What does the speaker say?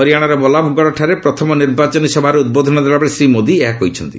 ହରିଆଣାର ବଲ୍ଲବଗଡ଼ଠାରେ ପ୍ରଥମ ନିର୍ବାଚନୀ ସଭାରେ ଉଦ୍ଦୋବଧ ଦେଲାବେଳେ ଶ୍ରୀ ମୋଦୀ ଏହା କହିଛନ୍ତି